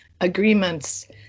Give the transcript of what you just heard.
agreements